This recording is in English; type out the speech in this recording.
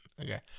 Okay